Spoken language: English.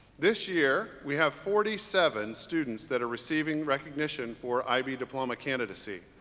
this year we have forty-seven students that are receiving recognition for ib diploma candidacy,